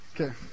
Okay